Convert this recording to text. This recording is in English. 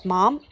Mom